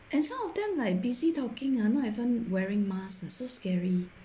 and some of them like busy talking ah not even wearing masks ah so scary